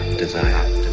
desire